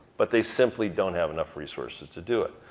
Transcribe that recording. but they simply don't have enough resources to do it.